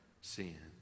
sin